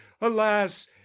alas